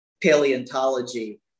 paleontology